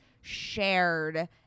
shared